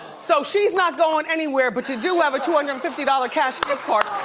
so she's not going anywhere but you do have a two hundred and fifty dollars cash gift card.